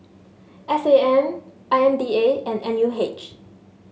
S A M I M D A and N U H